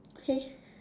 okay